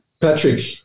patrick